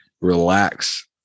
relax